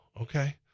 okay